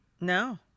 No